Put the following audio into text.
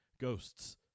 Ghosts